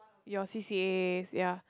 your c_c_as ya